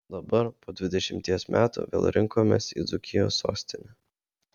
dabar po dvidešimties metų vėl rinkomės į dzūkijos sostinę